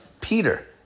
Peter